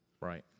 Right